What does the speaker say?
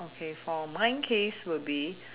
okay for my case will be